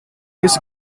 his